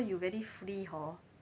you very free hor